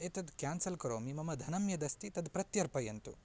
एतद् क्यान्सल् करोमि मम धनं यदस्ति तद् प्रत्यर्पयन्तु